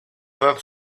that